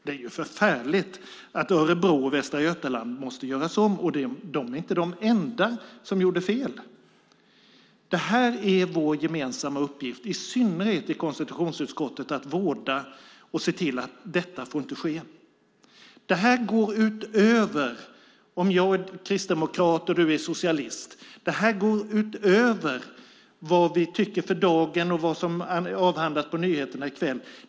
Det är förfärligt att valen i Örebro och Västra Götaland fick göras om, och de är inte de enda som gjorde fel. Det är vår gemensamma uppgift, i synnerhet i konstitutionsutskottet, att vårda demokratin och se till att detta inte får ske. Det här går utöver om jag är kristdemokrat och du är socialist. Det här går utöver vad vi tycker för dagen och vad som avhandlas på nyheterna i kväll.